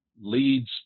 leads